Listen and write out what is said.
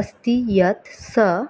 अस्ति यत् सः